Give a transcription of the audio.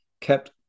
kept